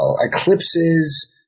eclipses